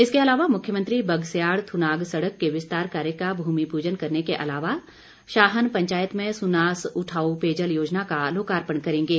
इसके अलावा मुख्यमंत्री बगस्याड़ थुनाग सड़क के विस्तार कार्य का भूमिपूजन करने के अलावा शाहन पंचायत में सुनास उठाऊ पेयजल योजना का लोकार्पण करेंगे